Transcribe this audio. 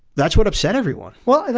that's what upset everyone well,